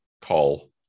call